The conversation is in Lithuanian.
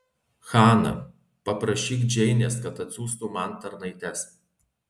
hana paprašyk džeinės kad atsiųstų man tarnaites